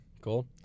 Cool